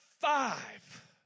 five